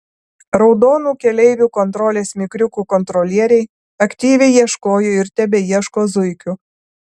raudonų keleivių kontrolės mikriukų kontrolieriai aktyviai ieškojo ir tebeieško zuikių